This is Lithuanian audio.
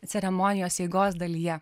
ceremonijos eigos dalyje